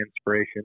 inspiration